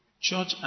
Church